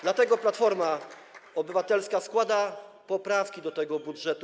Dlatego Platforma Obywatelska składa poprawki do tego budżetu.